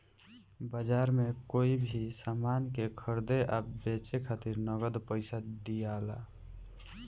बाजार में कोई भी सामान के खरीदे आ बेचे खातिर नगद पइसा दियाला